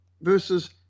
versus